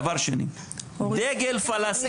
דבר שני, דגל פלסטין, עובדה היסטורית.